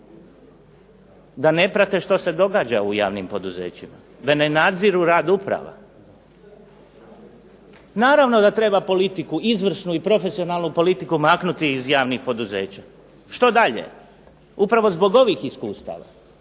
Da ne prate što se događa u javnim poduzećima, da ne nadziru rad uprava. Naravno da treba politiku, izvršnu i profesionalnu politiku maknuti iz javnih poduzeća što dalje. Upravo zbog ovih iskustava,